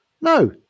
No